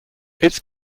its